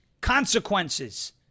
Consequences